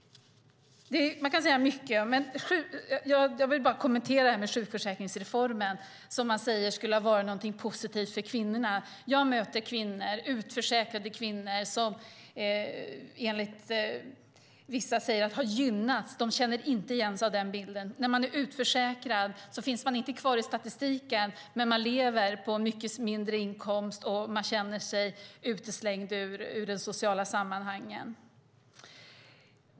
Jag skulle kunna säga mycket, men jag vill bara kommentera det här med sjukförsäkringsreformen som man säger skulle ha varit något positivt för kvinnorna. Jag möter utförsäkrade kvinnor som enligt vissa har gynnats men som inte känner igen sig i den bilden. När man är utförsäkrad finns man inte med i statistiken, man lever på mycket mindre inkomst och känner sig utslängd ur de sociala sammanhangen.